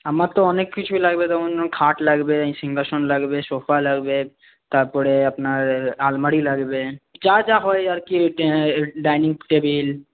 আমার তো অনেক কিছুই লাগবে যেমন ধরুন খাট লাগবে সিংহাসন লাগবে সোফা লাগবে তারপরে আপনার আলমারি লাগবে যা যা হয় আরকি ডাইনিং টেবিল